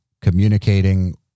communicating